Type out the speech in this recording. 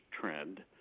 trend